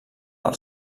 del